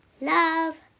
love